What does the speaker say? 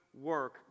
work